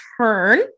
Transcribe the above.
turn